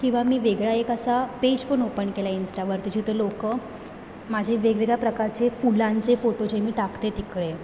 किंवा मी वेगळा एक असा पेज पण ओपन केला इंस्टावरती जिथं लोक माझे वेगवेगळ्या प्रकारचे फुलांचे फोटो जे मी टाकते तिकडे